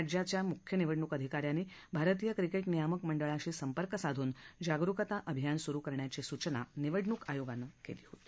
राज्याच मुख्य निवडणूक अधिका यांनी भारतीय क्रिकेटी नियमक मंडळाशी संपर्क साधून जागरुकता अभियान सुरु करण्याची सूचना निवडणूक आयोगानं कली होती